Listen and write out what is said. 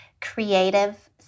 creative